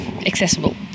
accessible